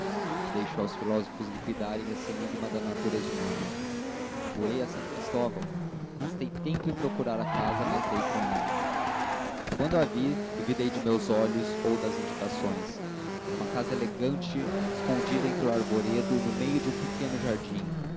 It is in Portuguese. deixo aos filósofos liquidarem esse enigma da natureza humana voei a s cristóvão gastei tempo em procurar a casa mas dei com ela quando a vi duvidei de meus olhos ou das indicações era uma casa elegante escondida entre o arvoredo no meio de um pequeno jardim